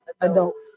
adults